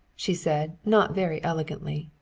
she said not very elegantly.